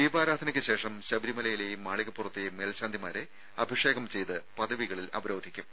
ദീപാരാധനയ്ക്ക് ശേഷം ശബരിമലയിലേയും മാളികപ്പുറത്തേയും മേൽശാന്തിമാരെ അഭിഷേകം ചെയ്ത് പദവികളിൽ അവരോധിക്കും